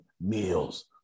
meals